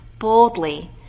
boldly